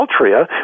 Altria